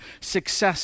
success